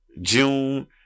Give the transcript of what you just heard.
June